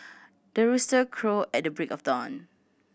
the rooster crow at the break of dawn